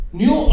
new